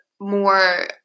more